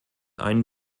einen